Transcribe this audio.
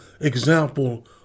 example